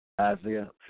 Isaiah